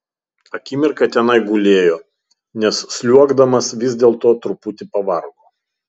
akimirką tenai gulėjo nes sliuogdamas vis dėlto truputį pavargo